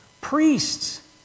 Priests